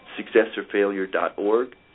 SuccessorFailure.org